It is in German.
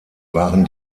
waren